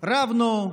רבנו.